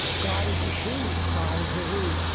god is a she. god is a he.